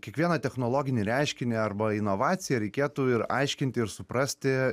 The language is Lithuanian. kiekvieną technologinį reiškinį arba inovaciją reikėtų ir aiškinti ir suprasti